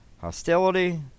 hostility